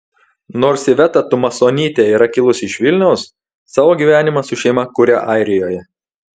nors iveta tumasonytė yra kilusi iš vilniaus savo gyvenimą su šeima kuria airijoje